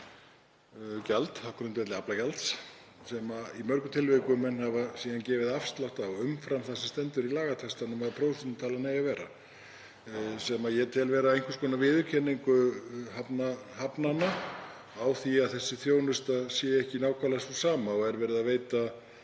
hafa í mörgum tilvikum gefið afslátt af umfram það sem stendur í lagatextanum að prósentutalan eigi að vera. Ég tel það vera einhvers konar viðurkenningu hafnanna á því að þessi þjónusta sé ekki nákvæmlega sú sama og er verið að veita